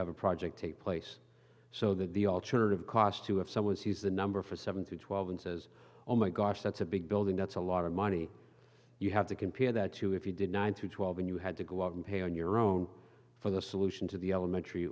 have a project take place so that the alternative cost to have some was he's the number for seven to twelve and says oh my gosh that's a big building that's a lot of money you have to compare that to if you did nine to twelve and you had to go out and pay on your own for the solution to the elementary